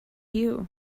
you